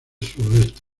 sudoeste